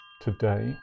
Today